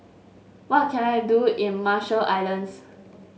what can I do in Marshall Islands